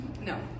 No